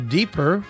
Deeper